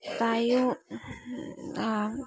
তাইও